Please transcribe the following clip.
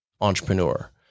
entrepreneur